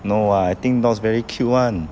no [what] I think dogs very cute [one]